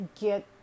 get